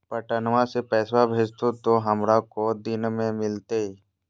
पटनमा से पैसबा भेजते तो हमारा को दिन मे मिलते?